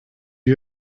you